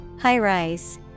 High-rise